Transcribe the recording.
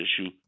issue